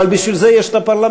אבל בשביל זה יש פרלמנט.